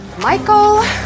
Michael